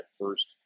first